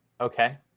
okay